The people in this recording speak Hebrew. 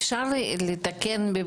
אפשר לתקן ולרשום,